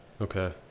Okay